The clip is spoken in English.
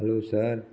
hello sir